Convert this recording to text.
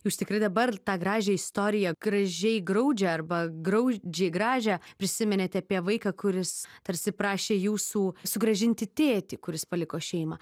jūs tikrai dabar tą gražią istoriją gražiai graudžią arba graudžiai gražią prisiminėt apie vaiką kuris tarsi prašė jūsų sugrąžinti tėtį kuris paliko šeimą